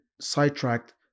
sidetracked